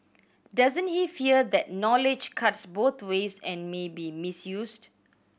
doesn't he fear that knowledge cuts both ways and may be misused